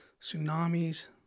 tsunamis